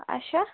اَچھا